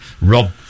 Rob